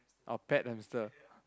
oh pet hamster